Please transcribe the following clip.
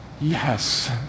yes